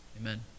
Amen